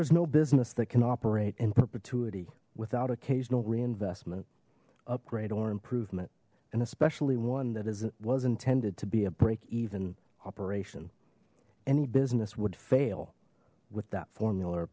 is no business that can operate in perpetuity without occasional reinvestment upgrade or improvement and especially one that is it was intended to be a break even operation any business would fail with that formula or